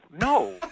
no